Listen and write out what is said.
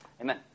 Amen